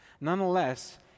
Nonetheless